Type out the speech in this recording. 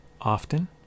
Often